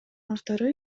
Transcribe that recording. автору